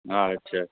अच्छा